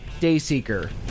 Dayseeker